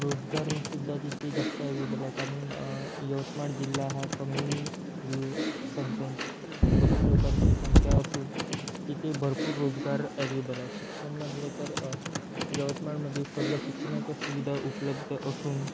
रोजगारसुद्धा जिथे जास्त ॲवेबल आहे कारण यवतमाळ जिल्हा हा कमी लो संख्यांची कमी लोकांची संख्या असून तिथे भरपूर रोजगार ॲवेलेबल आहे शिक्षण म्हटले तर यवतमाळमध्ये सगळ्या शिक्षणाच्या सुविधा उपलब्ध असून